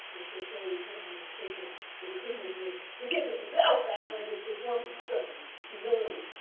course, hillary clinton was taken to the cleaners for forgiving him without that kind of performance of humility.